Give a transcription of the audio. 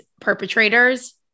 perpetrators